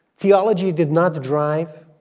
theology did not drive